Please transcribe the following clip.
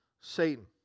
Satan